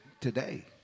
today